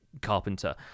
carpenter